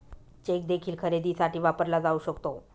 check देखील खरेदीसाठी वापरला जाऊ शकतो